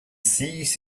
sees